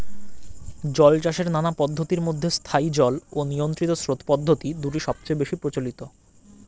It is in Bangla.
জলচাষের নানা পদ্ধতির মধ্যে স্থায়ী জল ও নিয়ন্ত্রিত স্রোত পদ্ধতি দুটি সবচেয়ে বেশি প্রচলিত